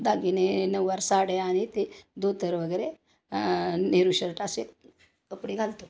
दागिने नऊवार साडी आणि ते धोतर वगैरे नेहरू शर्ट असे कपडे घालतो